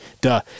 Duh